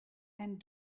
and